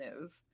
news